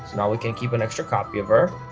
now we can keep an extra copy of her